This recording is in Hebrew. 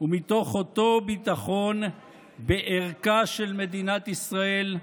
ומתוך אותו ביטחון בערכה של מדינת ישראל,